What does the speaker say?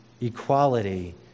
equality